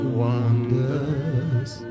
wonders